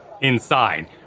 inside